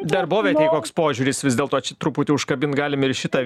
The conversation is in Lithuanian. darbovietėj koks požiūris vis dėlto čia truputį užkabint galim ir šitą